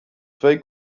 twee